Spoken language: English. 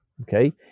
Okay